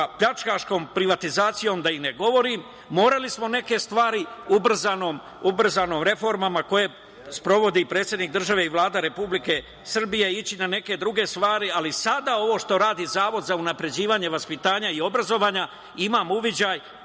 pljačkaškim privatizacijama da ne govorim, morali smo neke stvari ubrzanim reformama koje sprovodi predsednik države i Vlada Republike Srbije ići na neke druge stvar. Ali sada ovo što radi Zavod za unapređivanje vaspitanja i obrazovanja, imam uvid,